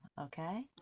okay